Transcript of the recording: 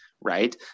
right